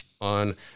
on